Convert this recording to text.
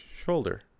shoulder